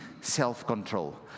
self-control